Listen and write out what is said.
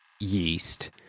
yeast